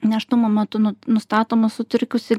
nėštumo metu nu nustatoma sutrikusi